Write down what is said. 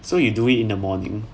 so you do it in the morning